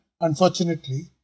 unfortunately